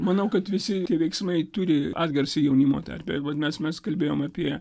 manau kad visi veiksmai turi atgarsį jaunimo tarpe vadinas mes kalbėjom apie